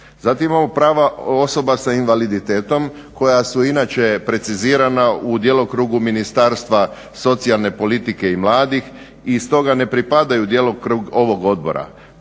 Zatim imamo pravo osoba s invaliditetom koja su inače precizirana u djelokrugu Ministarstva socijalne politike i mladih i stoga ne pripadaju u djelokrug ovog odbora.